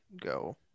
go